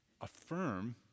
affirm